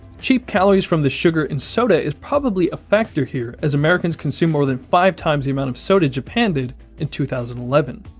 cheap calories from the sugar in soda is probably a factor here as americans consumed more than five times the amount of soda japan did in two thousand and eleven.